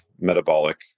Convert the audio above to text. metabolic